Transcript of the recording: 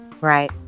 Right